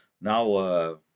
Now